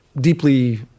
deeply